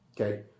Okay